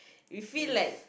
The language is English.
you feel like